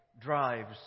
drives